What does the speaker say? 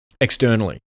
externally